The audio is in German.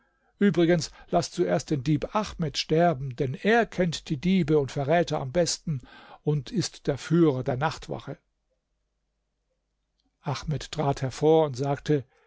übrigens laß zuerst den dieb ahmed sterben denn er kennt die diebe und verräter am besten und ist der führer der nachtwache ahmed trat hervor und sagte